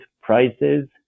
prices